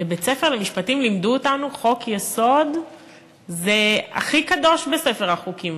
בבית-הספר למשפטים לימדו אותנו: חוק-יסוד זה הכי קדוש בספר החוקים.